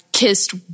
Kissed